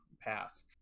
pass